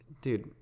dude